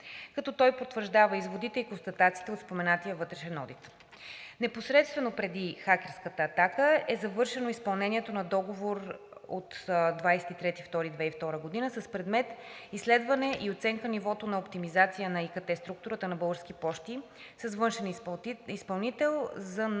като той потвърждава изводите и констатациите от споменатия вътрешен одит. Непосредствено преди хакерската атака е извършено изпълнението на договор от 23 февруари 2002 г. с предмет: „Изследване и оценка нивото на оптимизация на ИКТ структурата на „Български пощи“, с външен изпълнител „ЗН